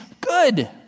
good